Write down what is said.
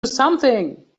something